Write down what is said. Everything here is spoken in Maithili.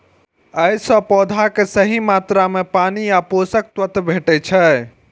अय सं पौधा कें सही मात्रा मे पानि आ पोषक तत्व भेटै छै